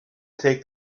take